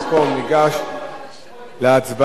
להצבעה על